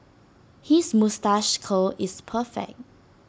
his moustache curl is perfect